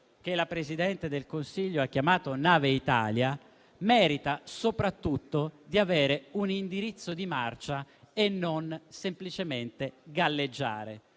che la Presidente del Consiglio ha chiamato nave Italia, merita soprattutto di avere un indirizzo di marcia e non semplicemente di galleggiare.